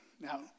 Now